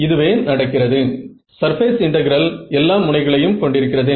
இது டெல்டா இடைவெளியுடன் உள்ளது